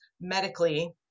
medically